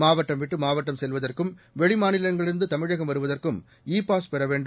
மாவட்டம் விட்டுமாவட்டம் செல்வதற்கும் வெளிமாநிலங்களிலிருந்துதமிழகம் வருவதற்கும் இ பாஸ் பெறவேண்டும்